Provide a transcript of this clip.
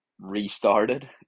restarted